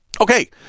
Okay